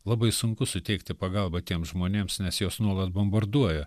labai sunku suteikti pagalbą tiems žmonėms nes juos nuolat bombarduoja